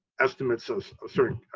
estimates of certain